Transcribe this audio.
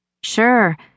Sure